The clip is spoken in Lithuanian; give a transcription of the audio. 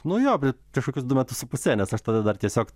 nu jo prie prieš kokius du metus su puse nes aš tada dar tiesiog